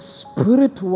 spirit